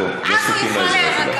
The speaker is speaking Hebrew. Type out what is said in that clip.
חברת הכנסת ברקו, אני לא זקוק לעזרה שלך.